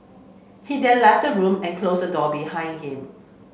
he then left the room and closed the door behind him